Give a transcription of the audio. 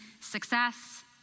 success